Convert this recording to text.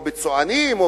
או בצוענים,